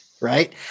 Right